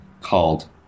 called